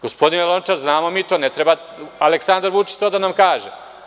Gospodine Lončar, znamo mi to, ne treba Aleksandar Vučić to da nam kaže.